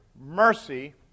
mercy